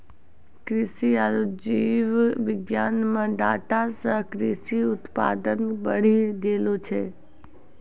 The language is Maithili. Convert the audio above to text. कृषि आरु जीव विज्ञान मे डाटा से कृषि उत्पादन बढ़ी गेलो छै